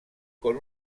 con